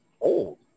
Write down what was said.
old